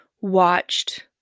watched